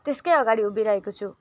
त्यसकै अगाडि उभिरहेको छु